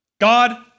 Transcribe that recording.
God